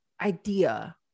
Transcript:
idea